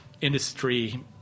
industry